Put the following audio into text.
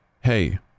hey